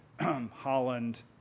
Holland